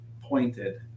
pointed